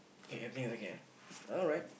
okay everything is okay ah alright